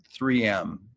3M